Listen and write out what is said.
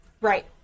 Right